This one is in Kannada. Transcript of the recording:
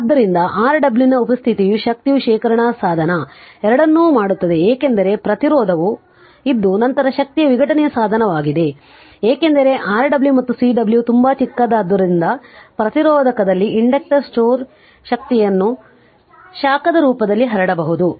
ಆದ್ದರಿಂದ Rw ನ ಉಪಸ್ಥಿತಿಯು ಶಕ್ತಿಯ ಶೇಖರಣಾ ಸಾಧನ ಎರಡನ್ನೂ ಮಾಡುತ್ತದೆ ಏಕೆಂದರೆ ಪ್ರತಿರೋಧವು ಇದ್ದು ನಂತರ ಶಕ್ತಿಯ ವಿಘಟನೆಯ ಸಾಧನವಾಗಿದೆ ಏಕೆಂದರೆ Rw ಮತ್ತು Cw ತುಂಬಾ ಚಿಕ್ಕದಾದ್ದರಿಂದ ಪ್ರತಿರೋಧಕದಲ್ಲಿ ಇಂಡಕ್ಟರ್ ಸ್ಟೋರ್ ಶಕ್ತಿಯನ್ನು ಶಾಖದ ರೂಪದಲ್ಲಿ ಹರಡಬಹುದು